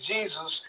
Jesus